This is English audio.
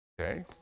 okay